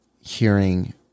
hearing